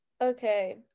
okay